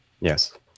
Yes